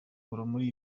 muri